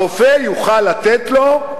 הרופא יוכל לתת לו,